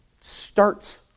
starts